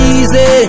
easy